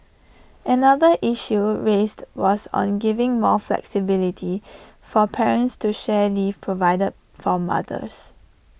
another issue raised was on giving more flexibility for parents to share leave provided for mothers